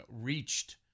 reached